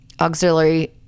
auxiliary